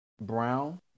Brown